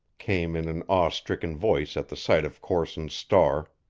came in an awe-stricken voice at the sight of corson's star.